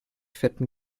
fetten